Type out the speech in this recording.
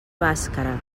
bàscara